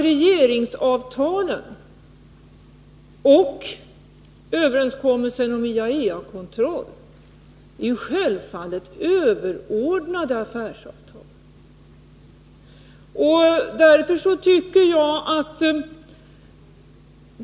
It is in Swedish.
Regeringsavtalen och överenskommelsen om IAEA-kontroll är självfallet överordnade affärsavtalen.